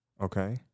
okay